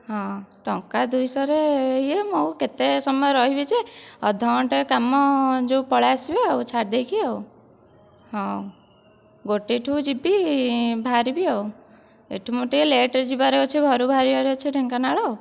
ହଁ ଟଙ୍କା ଦୁଇଶହରେ ଇଏ ମୁଁ ଆଉ କେତେ ସମୟ ରହିବି ଯେ ଅଧ ଘଣ୍ଟା କାମ ଯେଉଁ ପଳେଇଆସିବେ ଆଉ ଛାଡ଼ିଦେଇକି ଆଉ ହଁ ଗୋଟିଏ ଠାରୁ ଯିବି ବାହାରିବି ଆଉ ଏଇଠୁ ମୋର ଟିକିଏ ଲେଟରୁ ଯିବାର ଅଛି ଘରୁ ବାହାରିବାର ଅଛି ଢେଙ୍କାନାଳ